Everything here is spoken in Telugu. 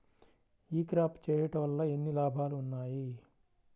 ఈ క్రాప చేయుట వల్ల ఎన్ని లాభాలు ఉన్నాయి?